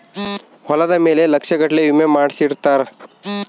ಹೊಲದ ಮೇಲೆ ಲಕ್ಷ ಗಟ್ಲೇ ವಿಮೆ ಮಾಡ್ಸಿರ್ತಾರ